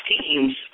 teams